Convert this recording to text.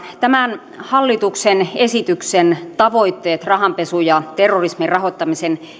tämän hallituksen esityksen tavoitteet rahanpesun ja terrorismin rahoittamisen